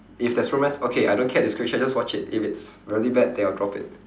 if there's romance okay I don't care the description I just watch it if it's really bad then I'll drop it